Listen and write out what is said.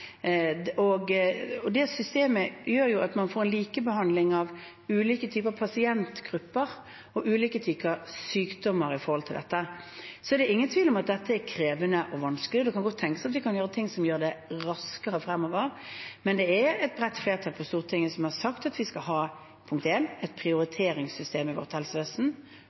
Det systemet gjør at man får en likebehandling av ulike typer pasientgrupper og ulike typer sykdommer. Det er ingen tvil om at dette er krevende og vanskelig, og det kan godt tenkes at vi kan gjøre ting som gjør at det går raskere fremover. Men det er et bredt flertall på Stortinget som har sagt for det første at vi skal ha et prioriteringssystem i vårt helsevesen,